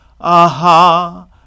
Aha